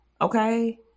okay